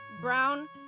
brown